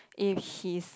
if he's